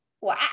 Wow